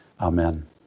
Amen